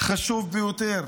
חשוב ביותר.